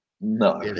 No